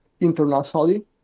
internationally